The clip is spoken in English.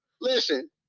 Listen